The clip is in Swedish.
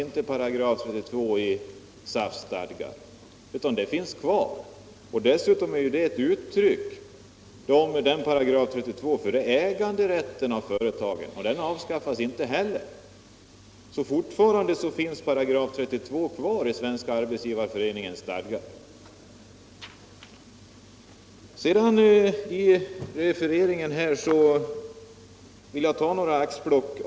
Herr Nordberg måste ha läst förslaget om medbestiämmanderiätt och vet då att i det föreslås inte att Y 32; SAF:s stadgar skall avskaffas utan den paragrafen finns kvar. Dessutom är § 32 ett uttryck för äganderätten till företagen, och den avskaffas inte heller.